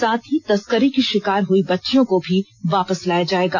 साथ ही तस्करी की शिकार हई बच्चियों को भी वापस लाया जायेगा